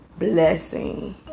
Blessing